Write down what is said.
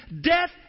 Death